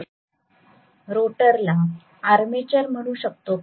विद्यार्थी आपण रोटर ला आर्मेचर म्हणू शकतो का